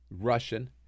Russian